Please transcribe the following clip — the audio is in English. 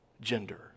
gender